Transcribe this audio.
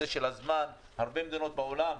גם בהרבה מדינות בעולם.